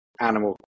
animal